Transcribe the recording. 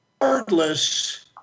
regardless